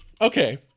okay